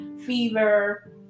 fever